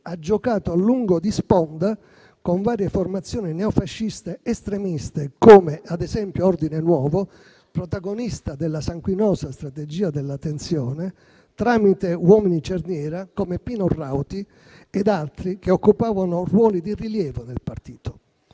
ha giocato a lungo di sponda con varie formazioni neofasciste estremiste, come ad esempio Ordine Nuovo, protagonista della sanguinosa strategia della tensione, tramite uomini cerniera come Pino Rauti ed altri che occupavano ruoli di rilievo nel partito.